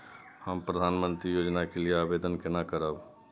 हम प्रधानमंत्री योजना के लिये आवेदन केना करब?